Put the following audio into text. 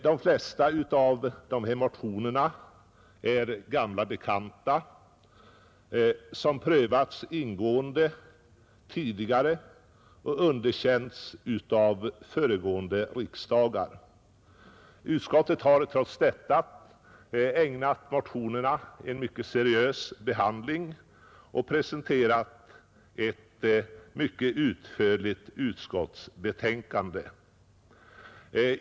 De flesta av motionerna är gamla bekanta, som prövats ingående tidigare och underkänts av föregående riksdagar. Utskottet har trots detta ägnat motionerna en mycket seriös behandling och presenterat ett mycket utförligt betänkande.